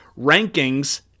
rankings